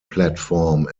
platform